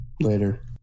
Later